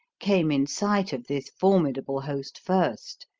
came in sight of this formidable host first,